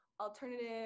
alternative